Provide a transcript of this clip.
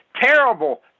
terrible